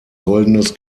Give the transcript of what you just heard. goldenes